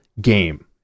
game